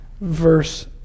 verse